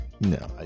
No